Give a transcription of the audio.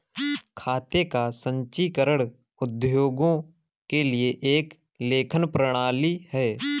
खाते का संचीकरण उद्योगों के लिए एक लेखन प्रणाली है